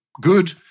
good